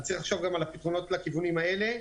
אז צריך לחשוב גם על הפתרונות לכיוונים האלה,